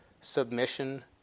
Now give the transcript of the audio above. submission